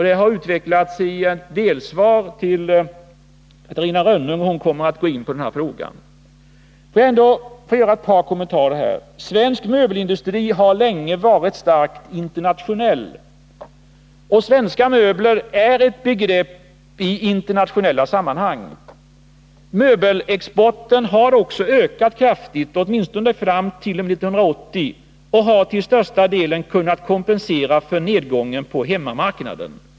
Det har utvecklats i delsvar till Catarina Rönnung, och hon kommer att gå in på denna fråga. Får jag ändå här göra ett par kommentarer. Svensk möbelindustri har länge varit starkt internationell. ”Svenska möbler” är ett begrepp i internationella sammanhang. Möbelexporten har också ökat kraftigt — åtminstone fram t.o.m. 1980 — och har till största delen kunnat kompensera nedgången på hemmamarknaden.